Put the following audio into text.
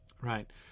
Right